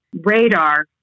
radar